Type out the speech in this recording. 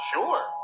Sure